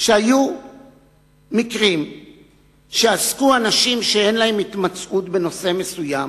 שהיו מקרים שעסקו אנשים שאין להם התמצאות בנושא מסוים,